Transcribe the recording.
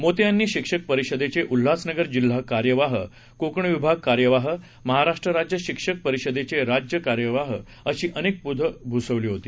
मोते यांनी शिक्षक परिषदेचे उल्हासनगर जिल्हा कार्यवाह कोकण विभाग कार्यवाह महाराष्ट्र राज्य शिक्षक परिषदेचे राज्य कार्याध्यक्ष अशी अनेक पदं भूषवली होती